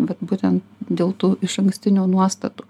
vat būtent dėl tų išankstinių nuostatų